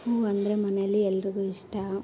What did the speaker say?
ಹೂವು ಅಂದರೆ ಮನೆಯಲ್ಲಿ ಎಲ್ಲರಿಗು ಇಷ್ಟ